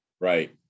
Right